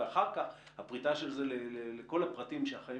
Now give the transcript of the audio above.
ואחר כך הפריטה של זה לכל הפרטים שהחיים